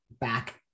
back